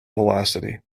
velocity